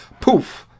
Poof